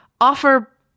offer